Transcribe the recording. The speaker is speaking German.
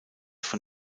von